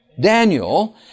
Daniel